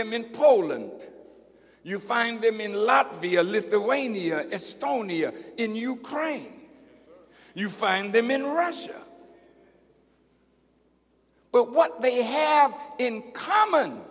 them in poland you find them in latvia lithuania estonia in ukraine you find them in russia but what they have in common